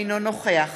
אינו נוכח